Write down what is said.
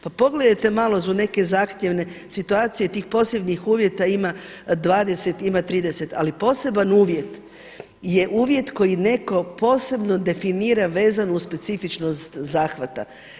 Pa pogledajte malo neke zahtjevne situacije tih posebnih uvjeta ima 20 ima 30, ali poseban uvjet je uvjet koji netko posebno definira vezano uz specifičnost zahvata.